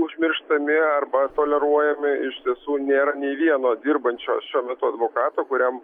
užmirštami arba toleruojami iš tiesų nėra nei vieno dirbančio šiuo metu advokato kuriam